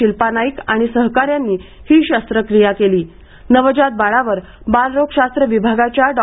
शिल्पा नाईक आणि सहकाऱ्यांनी ही शस्त्रक्रिया केली नवजात बाळावर बालरोगशास्त्र विभागाच्या डॉ